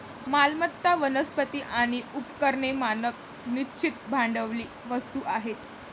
मालमत्ता, वनस्पती आणि उपकरणे मानक निश्चित भांडवली वस्तू आहेत